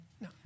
No